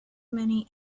many